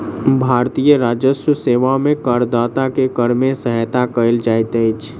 भारतीय राजस्व सेवा में करदाता के कर में सहायता कयल जाइत अछि